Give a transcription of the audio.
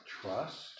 trust